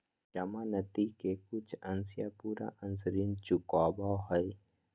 जमानती के कुछ अंश या पूरा अंश ऋण चुकावो हय